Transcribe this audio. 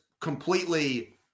completely